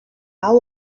how